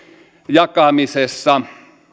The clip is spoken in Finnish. jakamisessa